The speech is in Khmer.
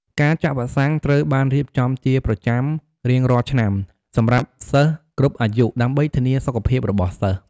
ការចាក់វ៉ាក់សាំងត្រូវបានរៀបចំជាប្រចាំរៀងរាល់ឆ្នាំ សម្រាប់សិស្សគ្រប់អាយុ ដើម្បីធានាសុខភាពរបស់សិស្ស។